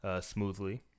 smoothly